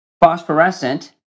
phosphorescent